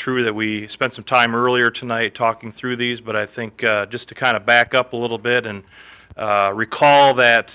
true that we spent some time earlier tonight talking through these but i think just to kind of back up a little bit and recall that